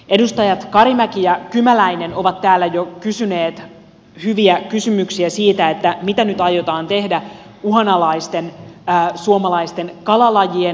edustajat karimäki ja kymäläinen ovat täällä jo kysyneet hyviä kysymyksiä siitä mitä nyt aiotaan tehdä uhanalaisten suomalaisten kalalajien puolesta